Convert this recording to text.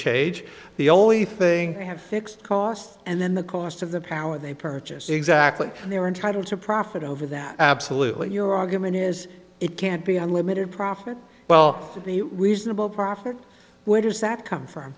change the only thing they have fixed cost and then the cost of the power they purchase exactly and they are entitled to profit over that absolutely your argument is it can't be unlimited profit well reasonable profit where does that come from